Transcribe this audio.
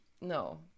no